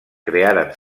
crearen